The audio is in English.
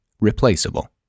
replaceable